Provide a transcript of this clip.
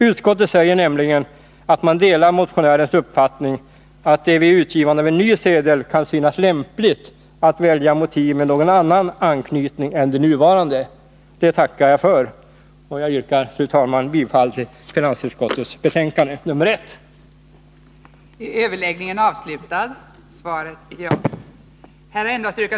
Utskottet säger nämligen att man ”delar motionärens uppfattning att det vid utgivandet av en ny sedel kan synas lämpligt att välja motiv med någon annan anknytning än de nuvarande”. Det tackar jag för. Jag yrkar, fru talman, bifall till hemställan i finansutskottets betänkande nr v